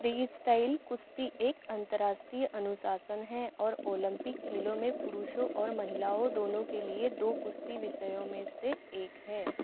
freestyle कुश्ती एक अंतर्राष्ट्रीय अनुशासन है और ओलंपिक खेलों में पुरुषों और महिलाओं दोनों के लिए दो कुश्ती विषयों में से एक है